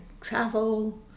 travel